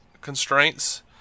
constraints